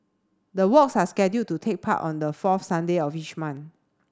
the walks are scheduled to take part on the fourth Sunday of each month